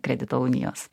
kredito unijos